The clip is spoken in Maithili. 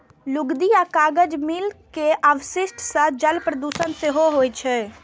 लुगदी आ कागज मिल के अवशिष्ट सं जल प्रदूषण सेहो होइ छै